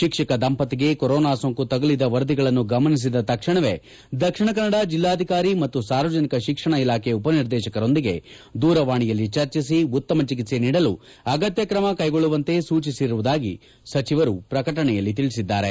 ಶಿಕ್ಷಕ ದಂಪತಿಗೆ ಕೊರೋನಾ ಸೋಂಕು ತಗುಲಿದ ವರದಿಗಳನ್ನು ಗಮನಿಸಿದ ತಕ್ಷಣವೇ ದಕ್ಷಿಣ ಕನ್ನಡ ಜಿಲ್ಲಾಧಿಕಾರಿ ಮತ್ತು ಸಾರ್ವಜನಿಕ ಶಿಕ್ಷಣ ಇಲಾಖೆ ಉಪ ನಿರ್ದೇಶಕರೊಂದಿಗೆ ದೂರವಾಣಿಯಲ್ಲಿ ಚರ್ಚಿಸಿ ಉತ್ತಮ ಚಿಕಿತ್ಸೆ ನೀಡಲು ಅಗತ್ತ ಕ್ರಮ ಕೈಗೊಳ್ಳುವಂತೆ ಸೂಚಿಸಿರುವುದಾಗಿ ಸಚಿವರು ಪ್ರಕಟಣೆಯಲ್ಲಿ ತಿಳಿಸಿದ್ದಾರೆ